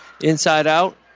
inside-out